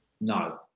No